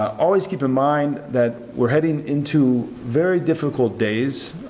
always keep in mind that we're heading into very difficult days,